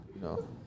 No